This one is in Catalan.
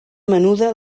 menuda